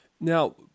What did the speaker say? Now